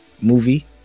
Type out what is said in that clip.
movie